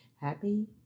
Happy